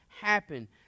happen